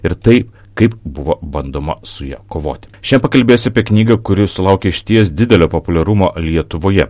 ir tai kaip buvo bandoma su ja kovoti šiandien pakalbėsiu apie knygą kuri sulaukė išties didelio populiarumo lietuvoje